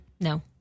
No